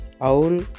owl